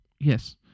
Yes